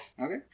Okay